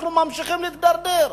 אנחנו ממשיכים להידרדר,